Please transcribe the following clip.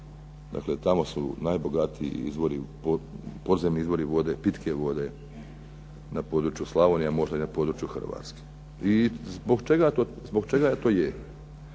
dakle tamo su najbogatiji izvori, podzemni izvori vode, pitke vode na području Slavonije, a možda i na području Hrvatske. I zbog čega to je?